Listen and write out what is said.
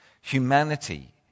Humanity